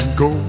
go